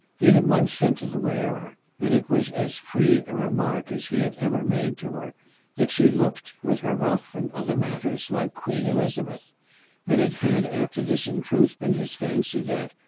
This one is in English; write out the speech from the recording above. he had once said to the wearer and it was as free a remark as he had ever made to her that she looked, with her ruff and other matters, like queen elizabeth and it had after this in truth been his fancy that,